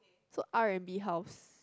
so R and B house